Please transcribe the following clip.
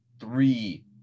three